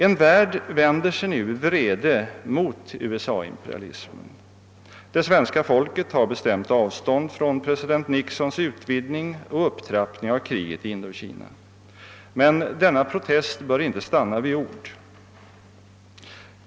En värld vänder sig nu i vrede mot USA-imperialismen. Det svenska folket tar bestämt avstånd från ' president Nixons utvidgning och upptrappning av kriget i Indokina. Men denna protest bör inte stanna vid ord.